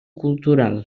cultural